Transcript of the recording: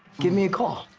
give me a call.